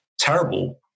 terrible